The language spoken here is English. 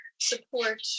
support